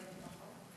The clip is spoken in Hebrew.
נכון.